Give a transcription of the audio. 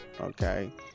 Okay